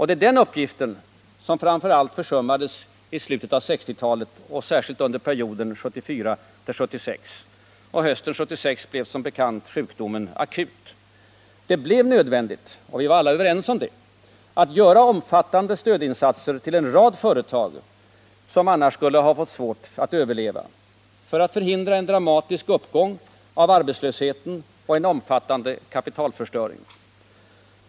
Det är denna uppgift som framför allt försummades i slutet av 1960-talet och särskilt under perioden 1974-1976. Hösten 1976 blev som bekant sjukdomen akut. Det blev nödvändigt — vi var alla överens om det — att göra omfattande stödinsatser för en rad företag som annars skulle ha fått svårt att överleva — för att förhindra en dramatisk uppgång av arbetslösheten och en omfattande kapitalförstöring.